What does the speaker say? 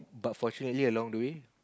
but fortunately along the way